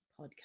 podcast